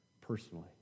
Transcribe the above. personally